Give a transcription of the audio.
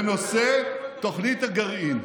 בנושא תוכנית הגרעין.